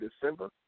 December